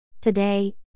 Today